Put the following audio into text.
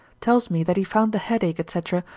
tells me that he found the headache, etc,